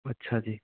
ਅੱਛਾ ਜੀ